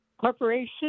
corporation